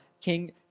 King